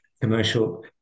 commercial